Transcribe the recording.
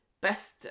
best